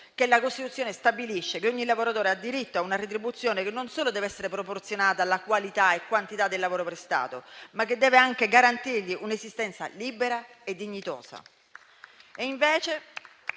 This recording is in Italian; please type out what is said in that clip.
stessa - in cui si stabilisce che ogni lavoratore ha diritto a una retribuzione che non solo deve essere proporzionata alla qualità e quantità del lavoro prestato, ma che deve anche garantirgli un'esistenza libera e dignitosa.